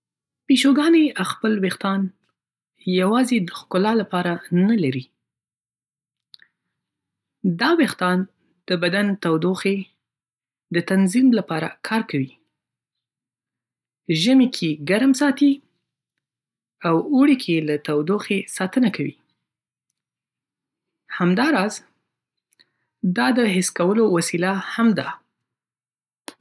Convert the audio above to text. پیشوګانې خپل وېښتان یوازې د ښکلا لپاره نه لري. دا وېښتان د بدن د تودوخې د تنظیم لپاره کار کوي – ژمي کې ګرم ساتي او اوړي.کې له تودوخې ساتنه کوي. همداراز، د حس کولو وسیله هم ده،